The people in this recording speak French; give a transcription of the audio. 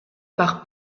par